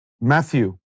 Matthew